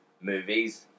movies